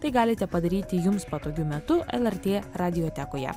tai galite padaryti jums patogiu metu lrt radijotekoje